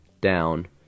down